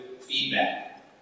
feedback